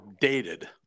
dated